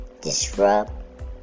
disrupt